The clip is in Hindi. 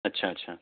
अच्छा अच्छा